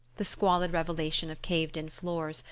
the squalid revelation of caved-in floors,